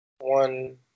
one